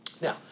Now